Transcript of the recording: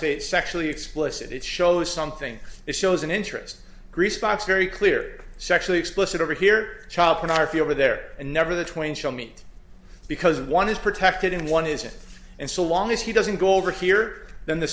state sexually explicit it shows something it shows an interest grease spots very clear sexually explicit over here child pornography over there and never the twain shall meet because one is protected in one isn't and so long as he doesn't go over here then the